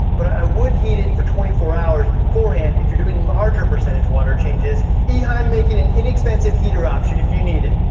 but i would heat it for twenty four hours beforehand, if you're doing larger percentage water changes. eheim making an inexpensive heater option, if you need it.